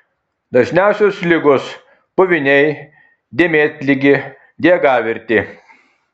dažniausios ligos puviniai dėmėtligė diegavirtė